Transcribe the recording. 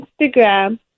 Instagram